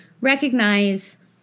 recognize